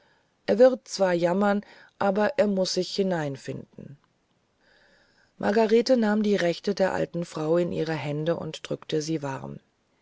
er wird zwar jammern aber er muß sich hineinfinden margarete nahm die rechte der alten frau in ihre hände und drückte sie warm